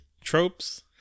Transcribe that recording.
tropes